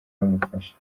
bamufasha